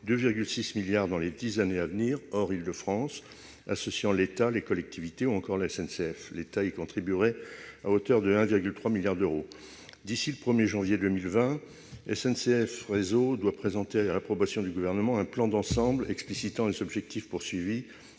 2,6 milliards d'euros dans les dix années à venir, hors Île-de-France, en associant l'État, les collectivités ou encore la SNCF. L'État y contribuerait à hauteur de 1,3 milliard d'euros. D'ici au 1 janvier 2020, SNCF Réseau doit soumettre à l'approbation du Gouvernement un plan d'ensemble précisant les objectifs visés, les